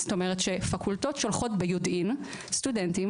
זאת אומרת פקולטות שולחות ביודעין סטודנטים